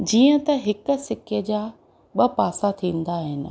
जीअं त हिकु सिके जा ॿ पासा थींदा आहिनि